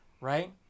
right